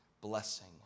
blessing